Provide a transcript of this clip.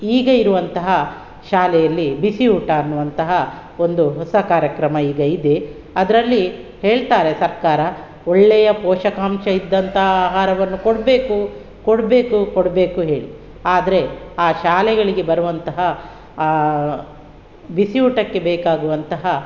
ಈಗ ಇರುವಂತಹ ಶಾಲೆಯಲ್ಲಿ ಬಿಸಿ ಊಟ ಅನ್ನುವಂತಹ ಒಂದು ಹೊಸ ಕಾರ್ಯಕ್ರಮ ಈಗ ಇದೆ ಅದರಲ್ಲಿ ಹೇಳ್ತಾರೆ ಸರ್ಕಾರ ಒಳ್ಳೆಯ ಪೋಷಕಾಂಶ ಇದ್ದಂಥ ಆಹಾರವನ್ನು ಕೊಡಬೇಕು ಕೊಡಬೇಕು ಕೊಡಬೇಕು ಹೇಳಿ ಆದರೆ ಆ ಶಾಲೆಗಳಿಗೆ ಬರುವಂತಹ ಆ ಬಿಸಿಯೂಟಕ್ಕೆ ಬೇಕಾಗುವಂತಹ